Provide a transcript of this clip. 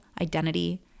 identity